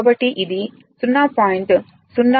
కాబట్టి ఇది 0